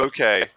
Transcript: Okay